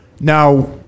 now